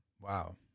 Wow